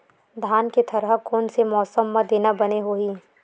धान के थरहा कोन से मौसम म देना बने होही?